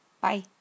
Bye